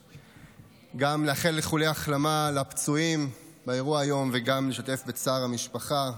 גם לאחל איחולי החלמה לפצועים באירוע היום וגם להשתתף בצער המשפחה.